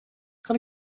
kan